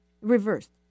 reversed